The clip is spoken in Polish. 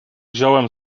wziąłem